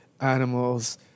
animals